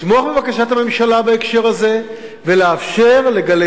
לתמוך בבקשת הממשלה בהקשר הזה ולאפשר ל"גלי